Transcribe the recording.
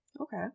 Okay